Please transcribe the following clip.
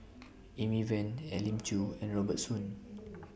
Amy Van Elim Chew and Robert Soon